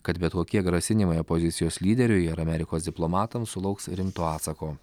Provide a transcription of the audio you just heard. kad bet kokie grasinimai opozicijos lyderiui ir amerikos diplomatams sulauks rimto atsako